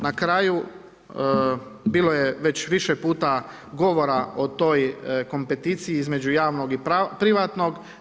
Na kraju bilo je već više govora o toj kompeticiji između javnog i privatnog.